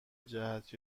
جهت